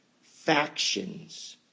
factions